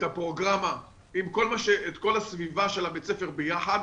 את הפרוגרמה עם כל הסביבה של בית הספר ביחד,